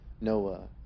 Noah